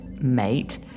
mate